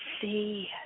see